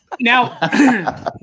Now